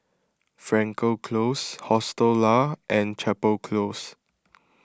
Frankel Close Hostel Lah and Chapel Close